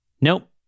Nope